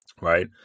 right